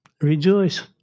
Rejoice